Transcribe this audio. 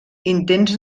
intents